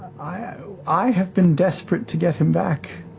i i have been desperate to get him back,